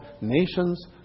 nations